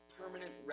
permanent